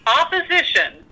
opposition